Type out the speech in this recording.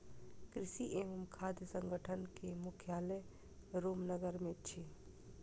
कृषि एवं खाद्य संगठन के मुख्यालय रोम नगर मे अछि